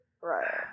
Right